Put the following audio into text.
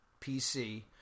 PC